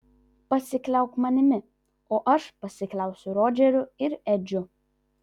pasikliauk manimi o aš pasikliausiu rodžeriu ir edžiu